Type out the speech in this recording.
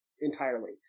entirely